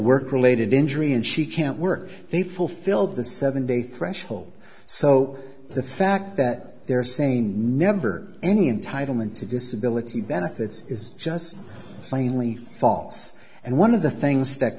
work related injury and she can't work they fulfilled the seven day threshold so the fact that they're saying never any entitlement to disability benefits is just plainly false and one of the things that